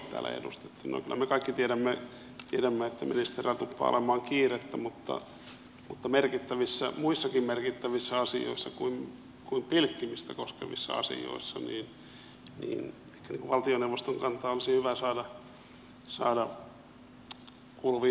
kyllä me kaikki tiedämme että ministereillä tuppaa olemaan kiirettä mutta merkittävissä muissakin merkittävissä asioissa kuin pilkkimistä koskevissa asioissa ehkä valtioneuvoston kanta olisi hyvä saada kuuluviin vielä tässä